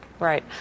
Right